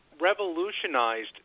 revolutionized